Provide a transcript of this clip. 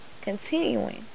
continuing